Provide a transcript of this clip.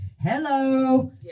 Hello